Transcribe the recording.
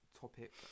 topic